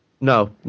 No